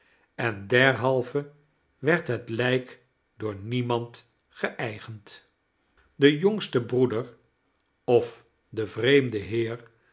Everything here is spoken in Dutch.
en derhalve werd het lijk door niemand geeigend de jongste broeder of de vreemde heer